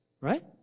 Right